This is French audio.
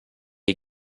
est